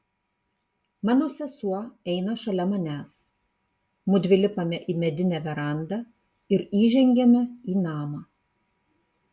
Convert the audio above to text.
mano sesuo eina šalia manęs mudvi lipame į medinę verandą ir įžengiame į namą